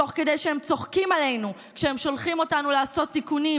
תוך כדי שהם צוחקים עלינו בכך כשהם שולחים אותנו לעשות תיקונים,